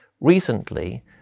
Recently